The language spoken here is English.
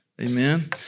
Amen